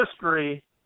history